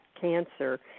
cancer